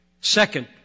Second